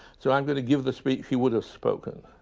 so i'm going to give the speech she would have spoken.